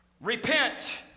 repent